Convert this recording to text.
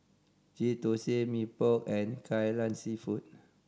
Ghee Thosai Mee Pok and Kai Lan Seafood